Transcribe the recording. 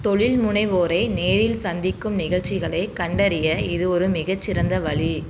தொழில்முனைவோரை நேரில் சந்திக்கும் நிகழ்ச்சிகளைக் கண்டறிய இது ஒரு மிகச்சிறந்த வழி